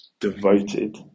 devoted